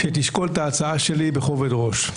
שתשקול את ההצעה שלי בכובד ראש.